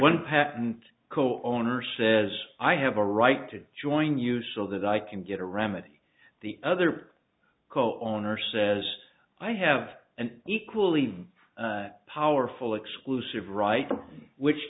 one patent co owners says i have a right to join you so that i can get a remedy the other call owner says i have an equally powerful exclusive right which